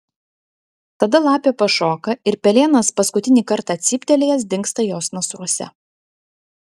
tada lapė pašoka ir pelėnas paskutinį kartą cyptelėjęs dingsta jos nasruose